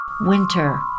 Winter